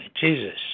Jesus